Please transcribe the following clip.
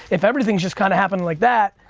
if everything's just kind of happening like that,